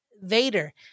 Vader